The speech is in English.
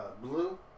Blue